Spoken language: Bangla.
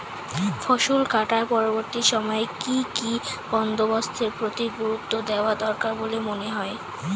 ফসল কাটার পরবর্তী সময়ে কি কি বন্দোবস্তের প্রতি গুরুত্ব দেওয়া দরকার বলে মনে হয়?